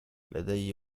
لدي